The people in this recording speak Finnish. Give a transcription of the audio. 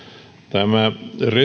tämä